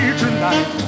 tonight